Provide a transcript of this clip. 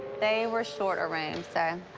they were short a room, so.